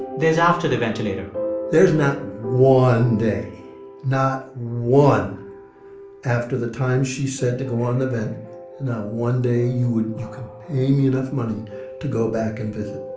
there's after the ventilator there's not one day not one after the time she said to go on the vent not one day you would you could pay me enough money to go back and visit